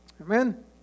Amen